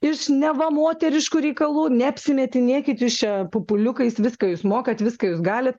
iš neva moteriškų reikalų neapsimetinėkit jūs čia pupuliukais viską jūs mokat viską jūs galit